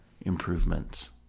improvements